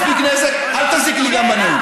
אל תזיק לי גם בנאום.